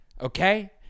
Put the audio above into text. Okay